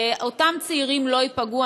אותם צעירים לא ייפגעו.